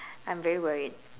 I'm very worried